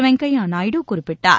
வெங்கையாநாயுடு குறிப்பிட்டார்